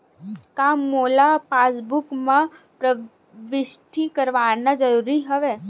का मोला पासबुक म प्रविष्ट करवाना ज़रूरी हवय?